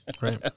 Right